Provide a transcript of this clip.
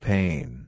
Pain